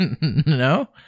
No